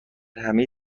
همه